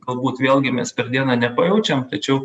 galbūt vėlgi mes per dieną nepajaučiam tačiau